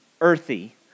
earthy